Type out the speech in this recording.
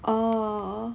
orh